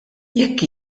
jekk